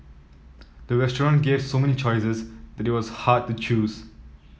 the restaurant gave so many choices that it was hard to choose